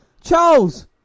Charles